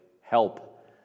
help